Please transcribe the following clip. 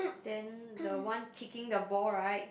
then the one kicking the ball right